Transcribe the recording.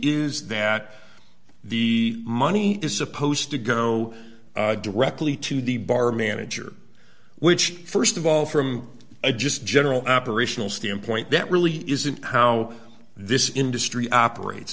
issues that the money is supposed to go directly to the bar manager which st of all from a just general operational standpoint that really isn't how this industry operates